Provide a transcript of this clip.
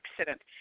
accident